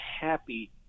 happy